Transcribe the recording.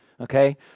Okay